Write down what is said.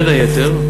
בין היתר,